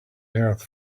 earth